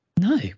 No